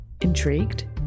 Intrigued